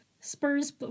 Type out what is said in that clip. Spurs